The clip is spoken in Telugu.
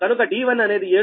కనుక d1 అనేది 7